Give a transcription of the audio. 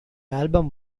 album